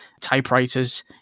typewriters